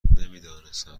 نمیدانستم